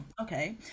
okay